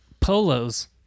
Polos